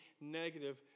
negative